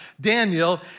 Daniel